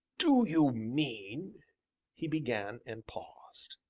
do you mean he began, and paused.